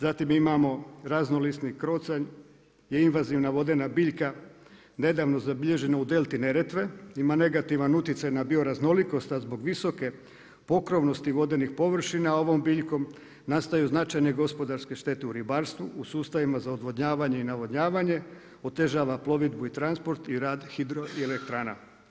Zatim imamo Raznolisni krocanj je invazivna vodena bilja, nedavno zabilježena u Delti Neretve, ima negativan utjecaj na bioraznolikost a zbog visoke pokrovnosti vodenih površina ovom biljkom nastaju značajne gospodarske štete u ribarstvu, u sustavima za odvodnjavanje i navodnjavanje, otežava plovidbu i transport i rad hidroelektrana.